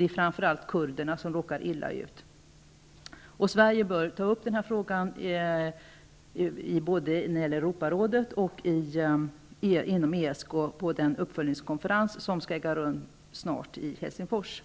Det är framför allt kurderna som råkar illa ut. Sverige bör ta upp denna fråga både i Europarådet och på den uppföljningskonferens inom ESK, som snart börjar i Helsingfors.